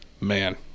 man